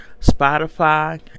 Spotify